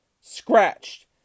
scratched